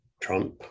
Trump